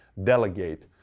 delegate,